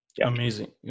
Amazing